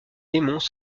démons